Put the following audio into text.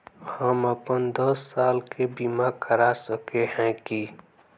हम अपन दस साल के बीमा करा सके है की?